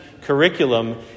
curriculum